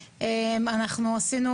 דבר שני, אני רוצה